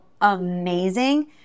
amazing